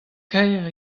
kaer